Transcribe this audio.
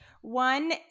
One